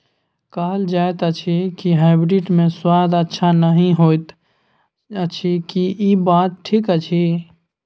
कहल जायत अछि की हाइब्रिड मे स्वाद अच्छा नही होयत अछि, की इ बात ठीक अछि?